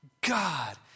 God